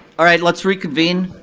alright, lets reconvene.